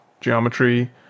geometry